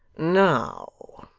now,